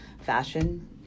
fashion